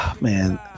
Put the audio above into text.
man